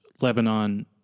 Lebanon